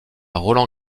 roland